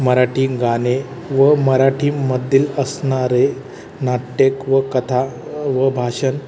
मराठी गाणे व मराठीमधील असणारे नाटक व कथा व भाषण